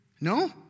No